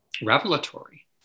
revelatory